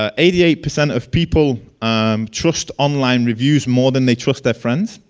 ah eighty eight percent of people um trust online reviews more than they trust their friends.